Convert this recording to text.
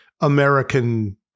American